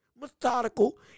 methodical